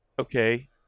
Okay